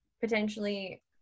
potentially